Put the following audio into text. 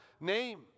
name